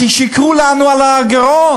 כי שיקרו לנו על הגירעון.